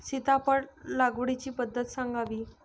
सीताफळ लागवडीची पद्धत सांगावी?